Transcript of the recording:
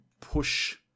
push